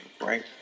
Right